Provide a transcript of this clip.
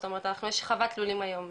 זאת אומרת יש חוות לולים היום,